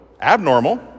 abnormal